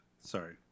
sorry